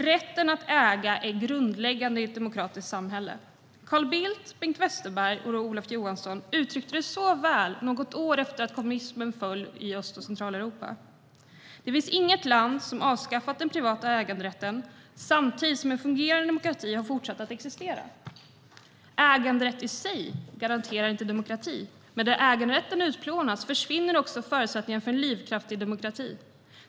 Rätten att äga är grundläggande i ett demokratiskt samhälle. Carl Bildt, Bengt Westerberg och Olof Johansson uttryckte det så väl något år efter kommunismens fall i Öst och Centraleuropa: "Det finns inget land som avskaffat den privata äganderätten samtidigt som en fungerande demokrati har fortsatt att existera. Äganderätt i sig garanterar inte demokrati, men där äganderätten utplånas försvinner också förutsättningarna för en livskraftig demokrati.